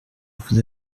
vous